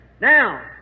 Now